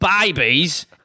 babies